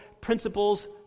principles